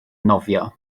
nofio